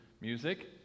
music